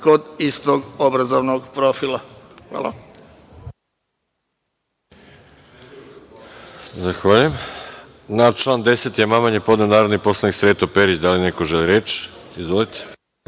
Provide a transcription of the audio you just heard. kod istog obrazovnog profila. Hvala.